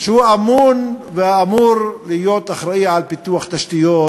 שהוא אמון ואמור להיות אחראי לפיתוח תשתיות,